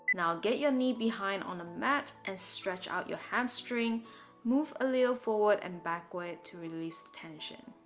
now get your knee behind on a mat and stretch out your hamstring move a little forward and backward to release tension